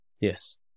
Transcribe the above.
yes